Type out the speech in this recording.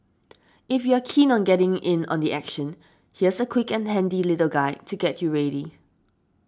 if you're keen on getting in on the action here's a quick and handy little guide to get you ready